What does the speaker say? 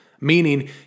meaning